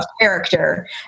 character